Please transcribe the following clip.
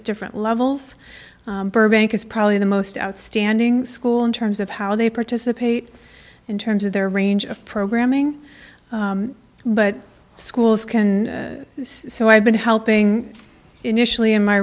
at different levels burbank is probably the most outstanding school in terms of how they participate in terms of their range of programming but schools can so i've been helping initially in my